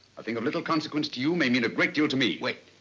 a thing of little consequence to you may mean a great deal to me. wait.